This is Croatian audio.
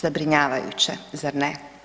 Zabrinjavajuće zar ne?